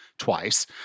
Twice